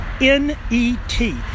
n-e-t